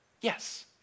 yes